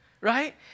right